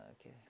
okay